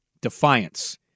defiance